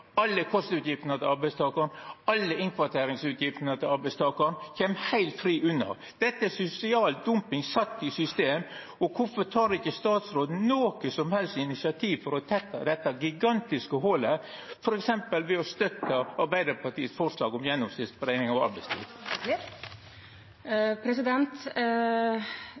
alle kostutgiftene til arbeidstakaren, alle innkvarteringsutgiftene til arbeidstakaren – kjem seg heilt unna. Dette er sosial dumping sett i system. Kvifor tek ikkje statsråden noko initiativ som helst for å tetta dette gigantiske holet, f.eks. ved å støtta Arbeiderpartiets forslag om gjennomsnittsberekning av